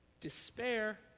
Despair